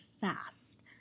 fast